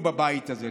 אפילו בבית הזה.